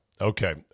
okay